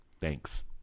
Thanks